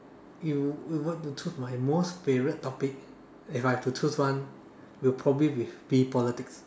you you want to choose my most favourite topic if I have to choose one will probably be be politics